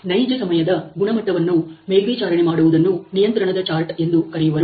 ನೈಜ ಸಮಯದ ಗುಣಮಟ್ಟವನ್ನು ಮೇಲ್ವಿಚಾರಣೆ ಮಾಡುವುದನ್ನು ನಿಯಂತ್ರಣದ ಚಾರ್ಟ್ ಎಂದು ಕರೆಯುವರು